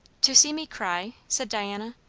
to see me cry? said diana.